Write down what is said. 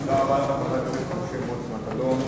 תודה רבה לחבר הכנסת משה מוץ מטלון.